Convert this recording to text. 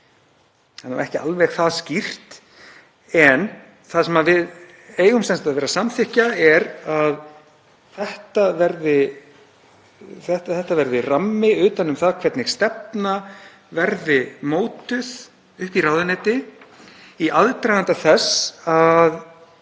Það er ekki alveg skýrt en það sem við eigum sem sagt að samþykkja er að þetta verði rammi utan um það hvernig stefna verði mótuð uppi í ráðuneyti í aðdraganda þess að